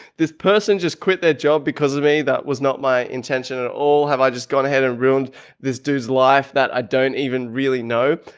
this person just quit their job because of me. that was not my intention ah at have. i just gone ahead and ruined this dude's life that i don't even really know.